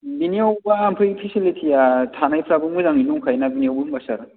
बिनियावबा उमफाय फेसिलितिआ थानायफ्राबो मोजाङै दंखायो ना बिनियावबो होनबा सार